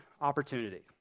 opportunity